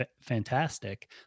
fantastic